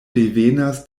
devenas